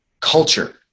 culture